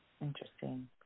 Interesting